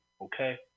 okay